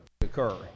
occur